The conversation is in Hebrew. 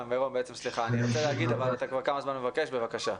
מירום, בבקשה.